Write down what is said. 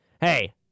hey